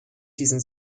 diesen